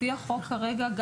לפי החוק כרגע,